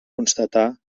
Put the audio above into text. constatar